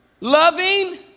Loving